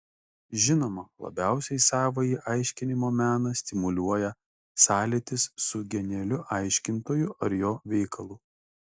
žinoma labiausiai savąjį aiškinimo meną stimuliuoja sąlytis su genialiu aiškintoju ar jo veikalu